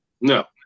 No